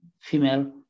female